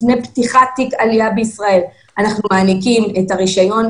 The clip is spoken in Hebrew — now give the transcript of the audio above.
לפני פתיחת תיק עלייה את הרישיון.